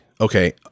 Okay